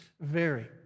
vary